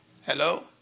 Hello